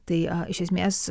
tai iš esmės